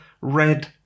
Red